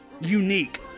unique